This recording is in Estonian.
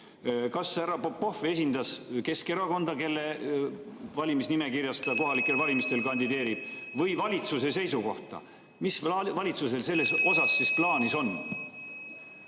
Kas härra Popov esindas Keskerakonda, kelle valimisnimekirjas ta kohalikel valimistel kandideerib, või valitsuse seisukohta? Mis valitsusel selles osas plaanis on?